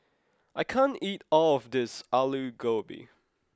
I can't eat all of this Alu Gobi